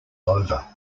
over